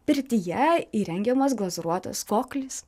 pirtyje įrengiamas glazūruotas koklis